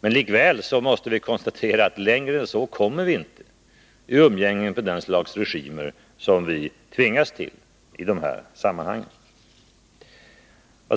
Likväl måste vi konstatera att vi inte kommer längre än så i umgänget med det slags regimer som vi tvingas ha att göra med i detta sammanhang.